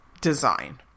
design